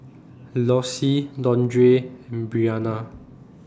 Lossie Dondre Breanna